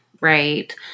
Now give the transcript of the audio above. Right